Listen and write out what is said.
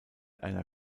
einer